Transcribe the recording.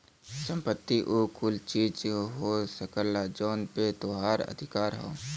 संपत्ति उ कुल चीज हो सकला जौन पे तोहार अधिकार हौ